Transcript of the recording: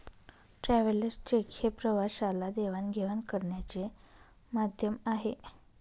travellers cheque हे प्रवाशाला देवाणघेवाण करण्याचे माध्यम आहे